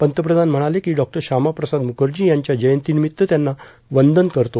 पंतप्रधान म्हणाले की डॉ श्यामाप्रसाद मुखर्जी यांच्या जयंतीनिमित्त त्यांना वंदन करतो